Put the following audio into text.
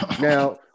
Now